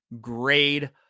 grade